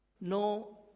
No